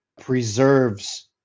preserves